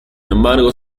embargo